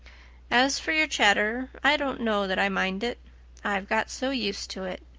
as for your chatter, i don't know that i mind it i've got so used to it.